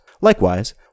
Likewise